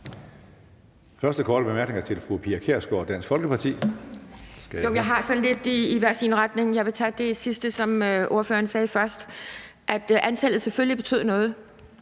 første korte bemærkning er til fru Pia Kjærsgaard, Dansk Folkeparti.